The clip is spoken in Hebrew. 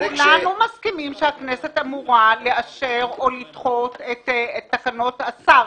-- כולנו מסכימים שהכנסת אמורה לאשר או לדחות את תקנות השר,